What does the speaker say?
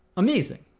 amazing.